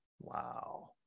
Wow